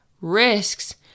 risks